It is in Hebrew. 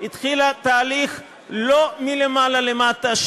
התחילה תהליך לא מלמעלה למטה,